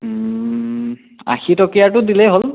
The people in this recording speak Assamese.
আশী টকীয়াটো দিলেই হ'ল